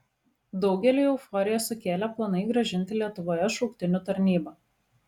daugeliui euforiją sukėlė planai grąžinti lietuvoje šauktinių tarnybą